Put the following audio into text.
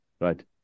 right